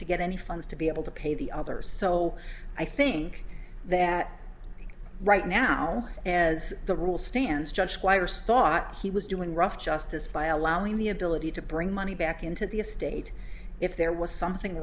to get any funds to be able to pay the other so i think that right now as the rule stands judge squires thought he was doing rough justice by allowing the ability to bring money back into the estate if there was something